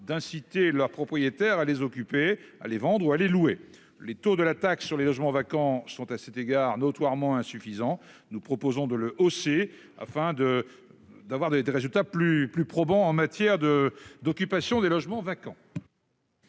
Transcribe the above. d'inciter leurs propriétaires à les occuper, à les vendre ou à les louer. Les taux de la taxe annuelle sur les logements vacants étant notoirement insuffisants, nous proposons de les augmenter, afin d'obtenir des résultats plus probants en matière d'occupation des logements vacants.